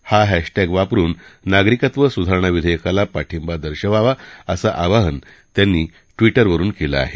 हा हॅशटॅग वापरून नागरिकत्व सुधारणा विधेयकाला पाठिंबा दर्शवावा असं आवाहन त्यांनी ट्विटरवरून केलं आहे